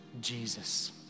Jesus